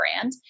brand